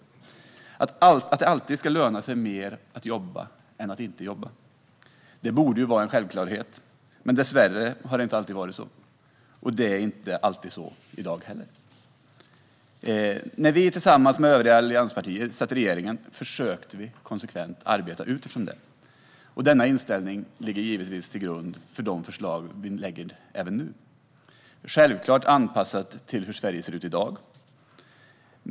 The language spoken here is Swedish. Det borde vara en självklarhet att det alltid ska löna sig mer att jobba än att inte jobba. Dessa saker borde vara självklarheter, men dessvärre har det inte alltid varit så, och det är inte alltid så i dag heller. När vi tillsammans med övriga allianspartier satt i regering försökte vi att konsekvent arbeta utifrån detta. Denna inställning ligger också till grund för de förslag som vi nu lägger fram, självklart med anpassning till hur Sverige ser ut i dag.